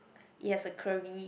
yes a curvy